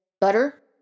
Butter